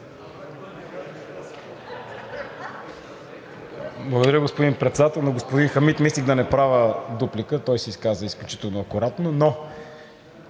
Благодаря, господин Председател. На господин Хамид мислех да не правя дуплика, той се изказа изключително акуратно, но